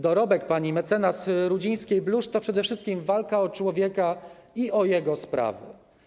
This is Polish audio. Dorobek pani mec. Rudzińskiej-Bluszcz to przede wszystkim walka o człowieka i o jego sprawy.